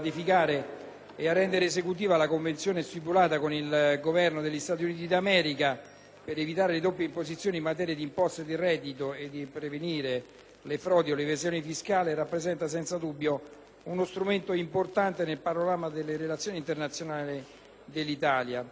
ed esecuzione della Convenzione stipulata con il Governo degli Stati Uniti d'America per evitare le doppie imposizioni in materia d'imposte sul reddito e per prevenire le frodi e l'evasione fiscale, rappresenta senza dubbio uno strumento importante nel panorama delle relazioni internazionali dell'Italia.